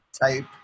type